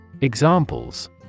Examples